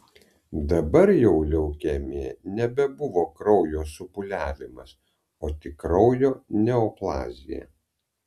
dabar jau leukemija nebebuvo kraujo supūliavimas o tik kraujo neoplazija